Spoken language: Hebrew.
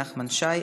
נחמן שי,